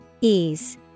Ease